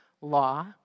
law